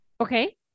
Okay